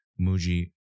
Muji